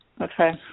Okay